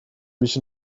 mich